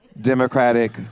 Democratic